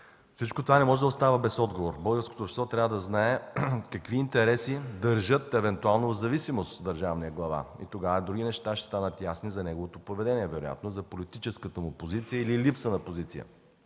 Всичко това не може да остане без отговор. Българското общество трябва да знае какви интереси държат евентуално в зависимост държавния глава. Тогава други неща вероятно ще станат ясни за неговото поведение, за политическата му позиция или липсата на позиция.